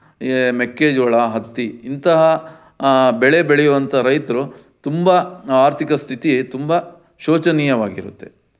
ಮೆಕ್ಕೆಜೋಳ ಹತ್ತಿ ಇಂತಹ ಬೆಳೆ ಬೆಳೆಯುವಂಥ ರೈತರು ತುಂಬ ಆರ್ಥಿಕ ಸ್ಥಿತಿ ತುಂಬ ಶೋಚನೀಯವಾಗಿರುತ್ತೆ